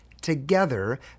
together